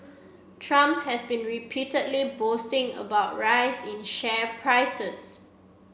Trump has been repeatedly boasting about rise in share prices